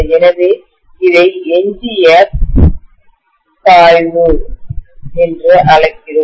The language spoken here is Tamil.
எனவே இதை எஞ்சிய பாய்வுரெம்நண்ட் ஃப்ளக்ஸ் என்று அழைக்கிறோம்